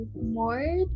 more